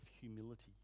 humility